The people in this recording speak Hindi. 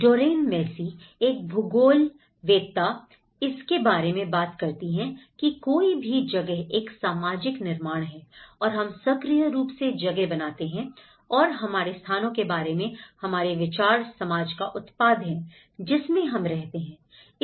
डोरेन मैसी एक भूगोलवेत्ता इसके बारे में बात करती हैं की कोई भी जगह एक सामाजिक निर्माण है और हम सक्रिय रूप से जगह बनाते हैं और हमारे स्थानों के बारे में हमारे विचार समाज का उत्पाद है जिसमें हम रहते हैं